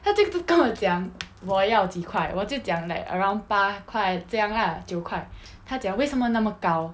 他就跟我讲我要几块我就讲 like around 八块这样 lah 九块他讲为什么那么高